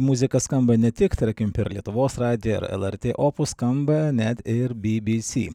muzika skamba ne tik tarkim per lietuvos radiją ir lrt opus skamba net ir by by sy